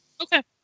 Okay